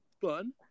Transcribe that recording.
fun